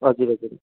हजुर हजुर